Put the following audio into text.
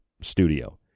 studio